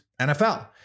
NFL